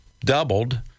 doubled